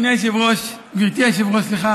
גברתי היושבת-ראש,